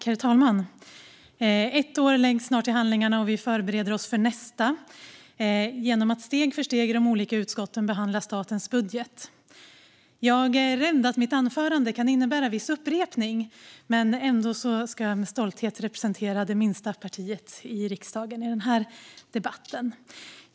Herr talman! Ett år läggs snart till handlingarna, och vi förbereder oss för nästa genom att steg för steg i de olika utskotten behandla statens budget. Jag är rädd att mitt anförande kan innebära viss upprepning, men jag ska i denna debatt ändå med stolthet representera riksdagens minsta parti.